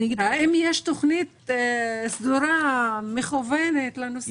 האם יש תוכנית סדורה ומכוונת לנושא הזה?